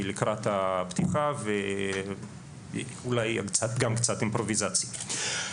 לקראת הפתיחה ואולי גם קצת אימפרוביזציה.